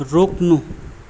रोक्नु